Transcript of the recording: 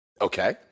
Okay